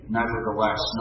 nevertheless